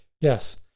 yes